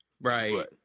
Right